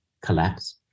collapse